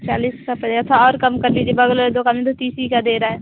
चालीस का पड़ेगा और कम कर लीजिए बगल वाली दुकान में तो तीस ही का दे रहा है